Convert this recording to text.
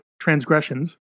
transgressions